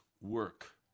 work